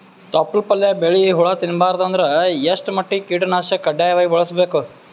ತೊಪ್ಲ ಪಲ್ಯ ಬೆಳಿ ಹುಳ ತಿಂಬಾರದ ಅಂದ್ರ ಎಷ್ಟ ಮಟ್ಟಿಗ ಕೀಟನಾಶಕ ಕಡ್ಡಾಯವಾಗಿ ಬಳಸಬೇಕು?